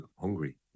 hungry